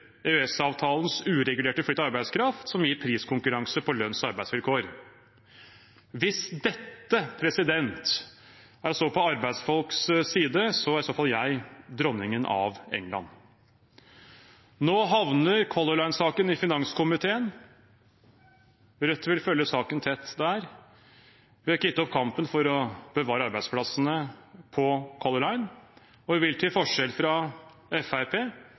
uregulerte flyt av arbeidskraft, som gir priskonkurranse på lønns- og arbeidsvilkår. Hvis dette er å stå på arbeidsfolks side, så er i så fall jeg dronningen av England. Nå havner Color Line-saken i finanskomiteen. Rødt vil følge saken tett der. Vi har ikke gitt opp kampen for å bevare arbeidsplassene på Color Line, og vi vil – til forskjell fra